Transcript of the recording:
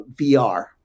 VR